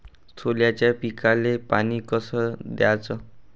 सोल्याच्या पिकाले पानी कस द्याचं?